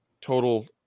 total